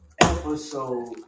episode